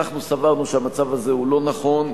אנחנו סברנו שהמצב הזה לא נכון,